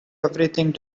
everything